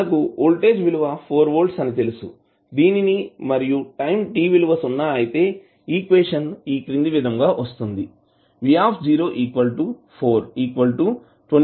మనకు వోల్టేజ్ విలువ 4 వోల్ట్స్ అని తెలుసు దీనిని మరియు టైం t విలువ సున్నా అయితే ఈక్వేషన్ క్రింది విధంగా వస్తుంది